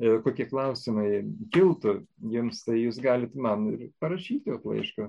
kokie klausimai kiltų jums tai jūs galit man ir parašyti laišką